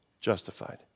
justified